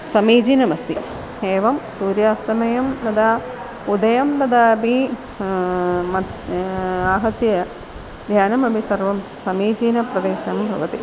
समीचीनमस्ति एवं सूर्यास्तमं तथा उदयं तदापि मत् आहत्य ध्यानमपि सर्वं समीचीनप्रदेशः भवति